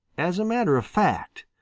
as a matter of fact,